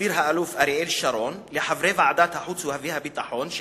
הסביר האלוף אריאל שרון לחברי ועדת החוץ והביטחון של